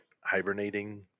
hibernating